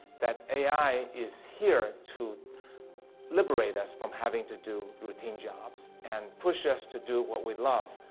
that a i. is here to liberate us from having to do routine jobs, and push us to do what we love,